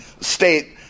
state